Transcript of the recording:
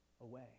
away